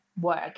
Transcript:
work